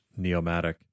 Neomatic